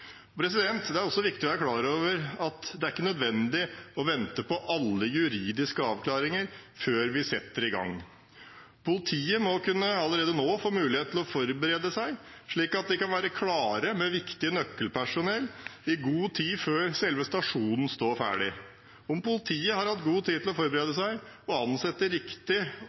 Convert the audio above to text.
Det er også viktig å være klar over at det ikke er nødvendig å vente på alle juridiske avklaringer før vi setter i gang. Politiet må allerede nå få mulighet til å forberede seg, slik at de kan være klare med viktig nøkkelpersonell i god tid før selve stasjonen står ferdig. Om politiet har hatt god tid til å forberede seg og ansette riktig